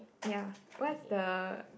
ya what's the